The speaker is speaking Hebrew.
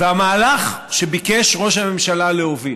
המהלך שביקש ראש הממשלה להוביל,